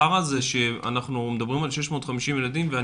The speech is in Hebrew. הפער הזה שאנחנו מדברים על 650 ילדים ואני